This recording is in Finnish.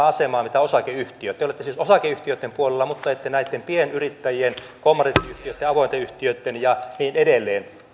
asemaa te te olette siis osakeyhtiöitten puolella mutta ette näitten pienyrittäjien kommandiittiyhtiöitten avointen yhtiöitten ja niin edelleen